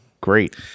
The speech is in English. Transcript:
great